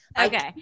Okay